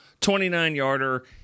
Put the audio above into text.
29-yarder